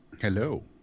Hello